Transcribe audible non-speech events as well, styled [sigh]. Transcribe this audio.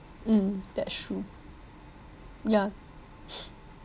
mm that's true ya [breath]